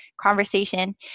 conversation